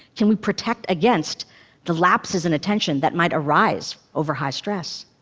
can we protect against the lapses in attention that might arise over high stress?